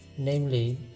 namely